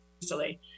easily